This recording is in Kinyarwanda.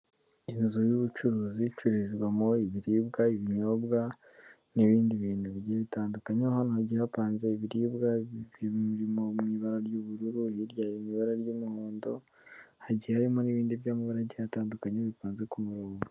Inzu y'ubucuruzi icururizwamo ibiribwa, ibinyobwa n'ibindi bintu bi bitandukanye, hano hagiye hapanze ibiribwa birimo biri mu ibara ry'ubururu, hirya ibara ry'umuhondo hagiye harimo n'ibindi by'amabara agiye atandukanye bipanze ku murongo.